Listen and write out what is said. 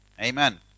Amen